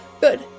Good